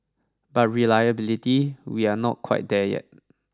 but reliability we are not quite there yet